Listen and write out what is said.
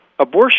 Abortion